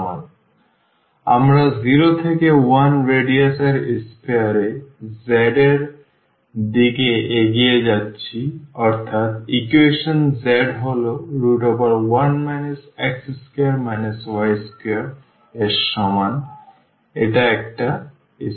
সুতরাং আমরা 0 থেকে 1 রেডিয়াস এর sphere এ z এর দিকে এগিয়ে যাচ্ছি অর্থাৎ ইকুয়েশন z হল 1 x2 y2 এর সমান এটা একটা sphere